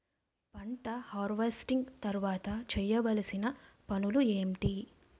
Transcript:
పంట హార్వెస్టింగ్ తర్వాత చేయవలసిన పనులు ఏంటి?